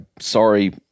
sorry